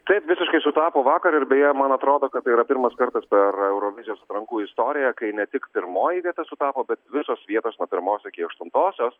taip visiškai sutapo vakar ir beje man atrodo kad tai yra pirmas kartas per eurovizijos atrankų istoriją kai ne tik pirmoji vieta sutapo bet visos vietos nuo pirmos iki aštuntosios